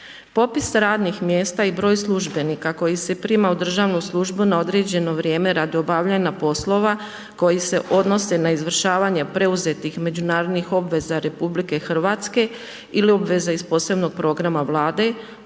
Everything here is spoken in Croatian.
Popis radnih mjesta i broj službenika koji se prima na državnu službu na određeno vrijeme, radi obavljanja poslova, koji se odnosi na izvršavanje preuzeti međunarodnih obveza RH ili obveza iz posebnih programa vlade,